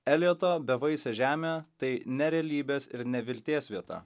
eljoto bevaisė žemė tai nerealybės ir nevilties vieta